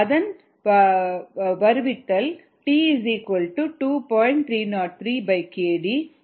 303 ஐ kd ஆல் வகுத்தல் மற்றும் 10 ன் அடிமான மடக்கையில் xvo வை xv ஆல் வகுத்தல் க்கு சமமாகும் என்று